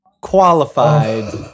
Qualified